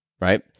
right